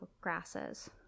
grasses